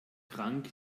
krank